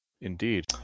Indeed